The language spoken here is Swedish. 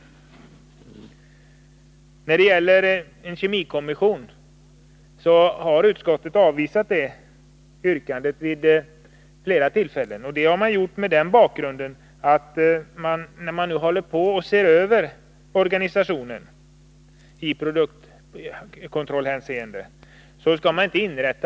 Utskottet har vid flera tillfällen avvisat yrkandet om en kemikommission, och detta har skett därför att denna kemikommission inte bör inrättas nu när man håller på att se över organisationen i produktkontrollhänseende.